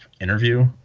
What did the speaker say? interview